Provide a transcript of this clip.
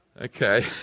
Okay